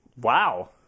Wow